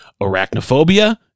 Arachnophobia